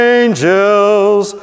angels